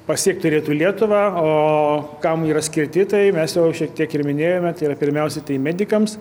pasiekt turėtų lietuva o kam yra skirti tai mes jau šiek tiek ir minėjome tai yra pirmiausia tai medikams